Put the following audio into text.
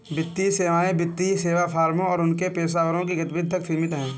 वित्तीय सेवाएं वित्तीय सेवा फर्मों और उनके पेशेवरों की गतिविधि तक सीमित हैं